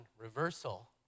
reversal